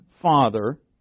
Father